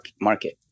market